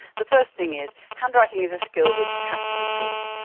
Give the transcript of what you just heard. the first thing is handwriting is a skill which has to be taught.